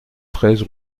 treize